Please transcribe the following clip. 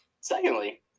secondly